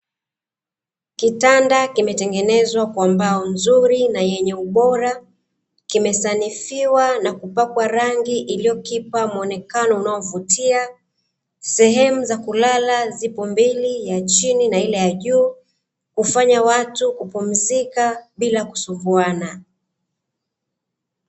Kitanda kimetengenezwa kwa mbao nzuri na yenye ubora kimesanifiwa na kupakwa rangi iliyokipa mwonekano unaovutia, sehemu za kulala ziko mbili ya chini na ile ya juu hufanya watu kupumzika bila ya kusumbuana.